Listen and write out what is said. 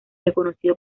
reconocido